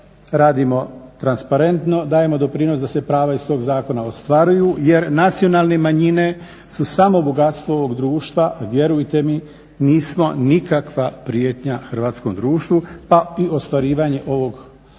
radimo transparentno, dajemo doprinos da se prava iz tog zakona ostvaruju jer nacionalne manjine su samo bogatstvo ovog društva, vjerujte mi, nismo nikakva prijetnja hrvatskom društvu pa i ostvarivanje ovih prava